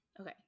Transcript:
Okay